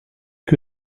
que